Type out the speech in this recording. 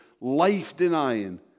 life-denying